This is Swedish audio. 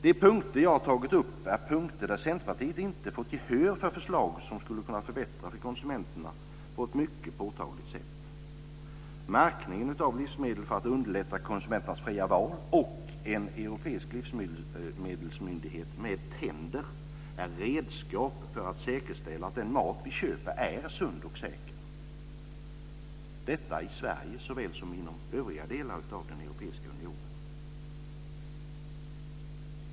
De punkter som jag har tagit upp är punkter där Centerpartiet inte har fått gehör för förslag som skulle kunna förbättra för konsumenterna på ett mycket påtagligt sätt. Märkningen av livsmedel för att underlätta konsumenternas fria val och en europeisk livsmedelsmyndighet med tänder är redskap för att säkerställa att den mat vi köper är sund och säker. Detta gäller i Sverige såväl som inom övriga delar av Europeiska unionen.